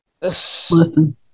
Listen